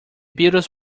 beatles